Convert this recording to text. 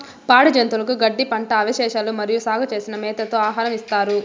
పాడి జంతువులకు గడ్డి, పంట అవశేషాలు మరియు సాగు చేసిన మేతతో ఆహారం ఇస్తారు